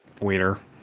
wiener